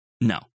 No